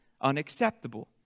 unacceptable